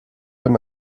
dem